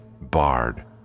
Barred